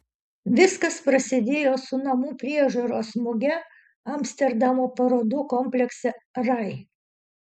viskas prasidėjo su namų priežiūros muge amsterdamo parodų komplekse rai